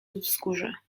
wzgórze